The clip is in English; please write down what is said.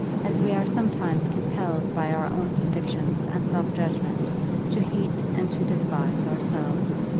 as we are sometimes compelled by our own convictions and self-judgment to hate and to despise ourselves.